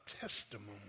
testimony